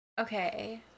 okay